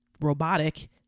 robotic